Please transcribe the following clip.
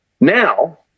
Now